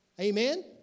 amen